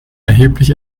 erheblich